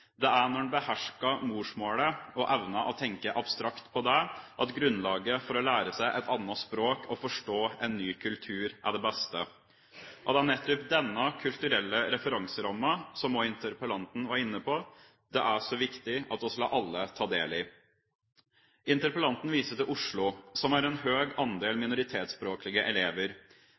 Det er når man behersker morsmålet og evner å tenke abstrakt, at grunnlaget for å lære seg et annet språk og forstå en ny kultur er det beste. Det er nettopp denne kulturelle referanserammen – som også interpellanten var inne på – det er så viktig at vi alle tar del i. Interpellanten viser til Oslo, som har en høy andel minoritetsspråklige elever.